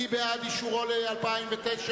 מי בעד אישורו ל-2009?